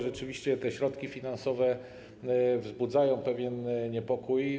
Rzeczywiście te środki finansowe wzbudzają pewien niepokój.